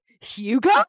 Hugo